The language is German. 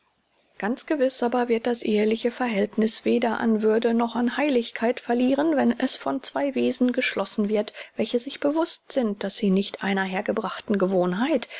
ganz gewiß aber wird das eheliche verhältniß weder an würde noch an heiligkeit verlieren wenn es von zwei wesen geschlossen wird welche sich bewußt sind daß sie nicht einer hergebrachten gewohnheit